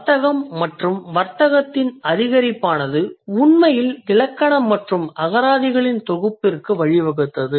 வர்த்தகம் மற்றும் வர்த்தகத்தின் அதிகரிப்பானது உண்மையில் இலக்கண மற்றும் அகராதிகளின் தொகுப்பிற்கு வழிவகுத்தது